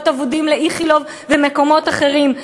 אבודים לבית-חולים איכילוב ולמקומות אחרים,